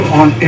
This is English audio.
on